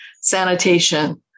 sanitation